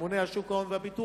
הממונה על שוק ההון והביטוח,